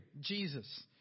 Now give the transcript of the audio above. Jesus